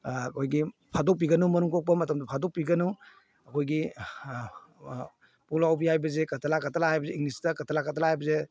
ꯑꯩꯈꯣꯏꯒꯤ ꯐꯥꯗꯣꯛꯄꯤꯒꯅꯨ ꯃꯔꯨꯝ ꯀꯣꯛꯄ ꯃꯇꯝꯗ ꯐꯥꯗꯣꯛꯄꯤꯒꯅꯨ ꯑꯩꯈꯣꯏꯒꯤ ꯄꯨꯛꯂꯥꯎꯕꯤ ꯍꯥꯏꯕꯁꯦ ꯀꯇꯂꯥ ꯀꯇꯂꯥ ꯍꯥꯏꯕꯁꯦ ꯏꯪꯂꯤꯁꯇ ꯀꯇꯂꯥ ꯀꯇꯂꯥ ꯍꯥꯏꯕꯁꯦ